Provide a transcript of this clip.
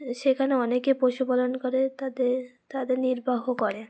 সেখানে অনেকে পশুপালন করে তাদের তাদের নির্বাহ করে